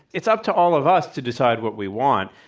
it's up to all of us to decide what we want.